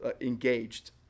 engaged